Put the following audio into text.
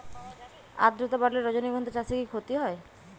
আদ্রর্তা বাড়লে রজনীগন্ধা চাষে কি ক্ষতি হয়?